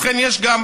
ובכן, יש גם